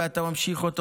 ואתה ממשיך אותו,